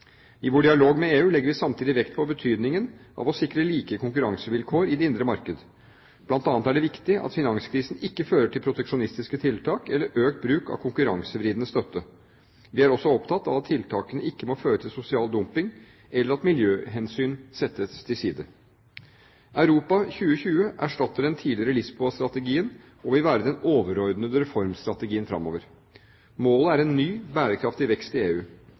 I vår dialog med EU legger vi samtidig vekt på betydningen av å sikre like konkurransevilkår i det indre marked. Blant annet er det viktig at finanskrisen ikke fører til proteksjonistiske tiltak eller økt bruk av konkurransevridende støtte. Vi er også opptatt av at tiltakene ikke må føre til sosial dumping, eller at miljøhensyn settes til side. Europa 2020 erstatter den tidligere Lisboa-strategien og vil være den overordnede reformstrategien fremover. Målet er en ny, bærekraftig vekst i EU.